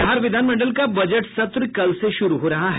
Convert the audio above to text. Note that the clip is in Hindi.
बिहार विधानमंडल का बजट सत्र कल से शुरू हो रहा है